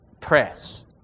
press